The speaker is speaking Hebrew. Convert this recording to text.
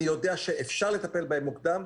אני יודע שאפשר לטפל בהם מוקדם,